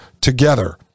together